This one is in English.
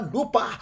Lupa